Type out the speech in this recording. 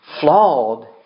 flawed